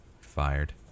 Fired